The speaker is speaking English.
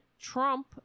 Trump